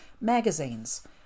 magazines